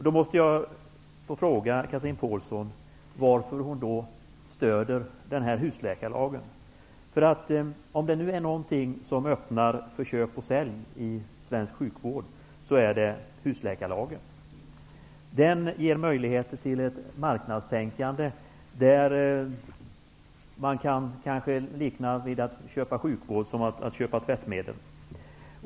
Jag måste få fråga Chatrine Pålsson varför hon stöder den här husläkarlagen. Om det är någonting som öppnar för köp och sälj i svensk sjukvård så är det husläkarlagen. Den ger möjligheter till ett marknadstänkande, där man kanske kan likna köp av sjukvård med köp av tvättmedel.